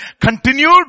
continued